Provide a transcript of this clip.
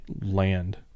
land